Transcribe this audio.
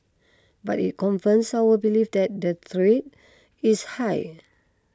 but it confirms our belief that the threat is high